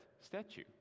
statue